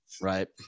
right